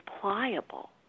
pliable